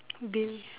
ba~